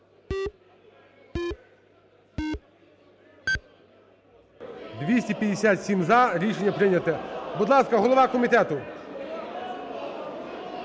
257 – за, рішення прийнято. Будь ласка, голова комітету.